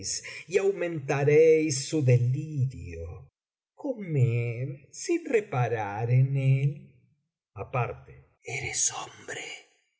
le molestareis y aumentareis su delirio comed sin reparar en él aparte eres hombre